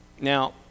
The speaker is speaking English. Now